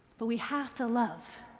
but we have to love